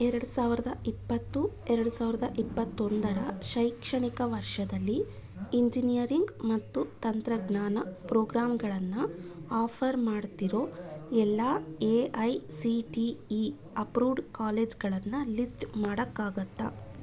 ಎರಡು ಸಾವಿರದ ಇಪ್ಪತ್ತು ಎರಡು ಸಾವಿರದ ಇಪ್ಪತ್ತೊಂದರ ಶೈಕ್ಷಣಿಕ ವರ್ಷದಲ್ಲಿ ಇಂಜಿನಿಯರಿಂಗ್ ಮತ್ತು ತಂತ್ರಜ್ಞಾನ ಪ್ರೋಗ್ರಾಂಗಳನ್ನು ಆಫರ್ ಮಾಡ್ತಿರೋ ಎಲ್ಲ A I C T E approved ಕಾಲೇಜ್ಗಳನ್ನು ಲಿಸ್ಟ್ ಮಾಡೋಕ್ಕಾಗತ್ತಾ